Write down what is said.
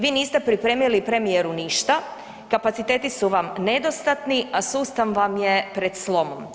Vi niste pripremili premijeru ništa, kapaciteti su vam nedostatni, a sustav vam je pred slomom.